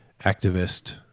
activist